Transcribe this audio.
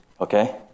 Okay